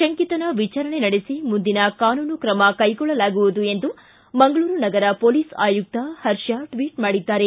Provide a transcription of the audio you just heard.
ಶಂಕಿತನ ವಿಚಾರಣೆ ನಡೆಸಿ ಮುಂದಿನ ಕಾನೂನು ತ್ರಮ ಕೈಗೊಳ್ಳಲಾಗುವುದು ಎಂದು ಮಂಗಳೂರು ನಗರ ಪೊಲೀಸ್ ಆಯುಕ್ತ ಪರ್ಷ ಟ್ವೀಟ್ ಮಾಡಿದ್ದಾರೆ